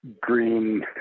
green